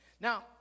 Now